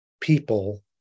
people